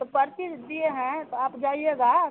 तो पर्ची दिए हैं तो आप जाइएगा